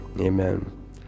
amen